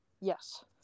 Yes